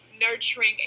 nurturing